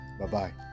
bye-bye